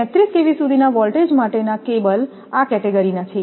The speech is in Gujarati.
33 kV સુધીના વોલ્ટેજ માટેના કેબલ આ કેટેગરીના છે